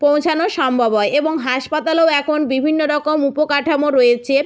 পৌঁছানো সম্ভব হয় এবং হাসপাতালও এখন বিভিন্ন রকম উপকাঠামো রয়েছে